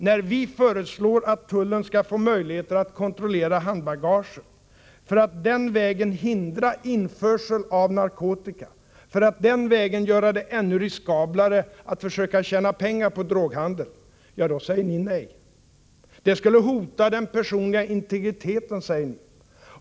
När vi föreslår att tullen skall få möjlighet att kontrollera handbagaget för att den vägen hindra införsel av narkotika och göra det ännu mer riskabelt att försöka tjäna pengar på droghandel, då säger ni nej. Det skulle hota den personliga integriteten, hävdar ni.